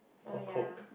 oh ya